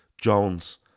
Jones